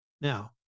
Now